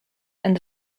and